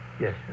Yes